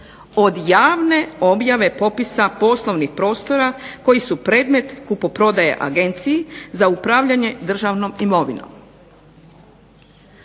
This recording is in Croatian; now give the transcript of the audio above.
od javne objave popisa poslovnih prostora koji su predmet kupoprodaje Agenciji za upravljanje državnom imovinom.